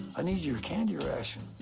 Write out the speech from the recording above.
i need your candy ration.